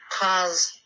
cause